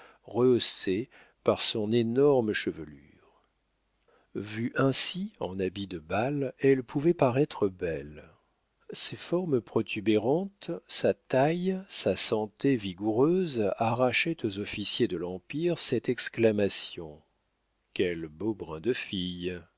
rehaussé par son énorme chevelure vue ainsi en habit de bal elle pouvait paraître belle ses formes protubérantes sa taille sa santé vigoureuse arrachaient aux officiers de l'empire cette exclamation quel beau brin de fille